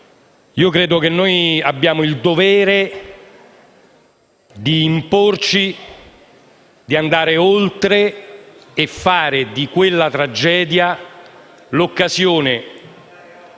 Io credo che abbiamo il dovere di imporci di andare oltre e fare di quella tragedia l'occasione